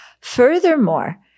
Furthermore